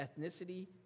ethnicity